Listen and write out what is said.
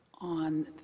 on